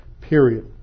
period